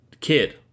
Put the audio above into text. kid